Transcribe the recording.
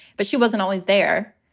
but she wasn't always there.